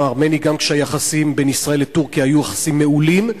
הארמני גם כשהיחסים בין ישראל לטורקיה היו יחסים מעולים,